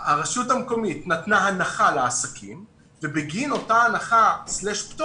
הרשות המקומית נתנה הנחה לעסקים ובגין אותה הנחה/פטור,